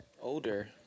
older